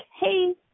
hey